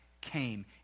came